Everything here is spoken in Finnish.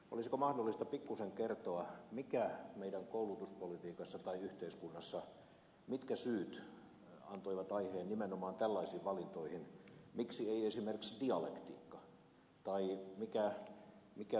olisiko mahdollista pikkuisen kertoa mitkä syyt koulutuspolitiikassamme tai yhteiskunnassamme antoivat aiheen nimenomaan tällaisiin valintoihin miksi ei esimerkiksi dialektiikka